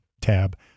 tab